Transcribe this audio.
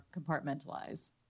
compartmentalize